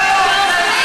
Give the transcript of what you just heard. לא.